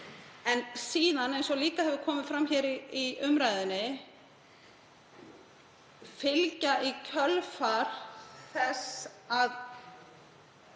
En síðan, eins og hefur komið fram í umræðunni, og í kjölfar þess að